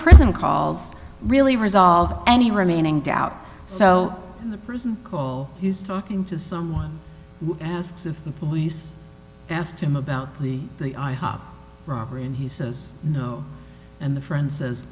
prison calls really resolve any remaining doubt so in the prison he was talking to someone who asks if the police ask him about the the i hop robbery and he says no and the friend says